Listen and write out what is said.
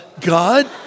God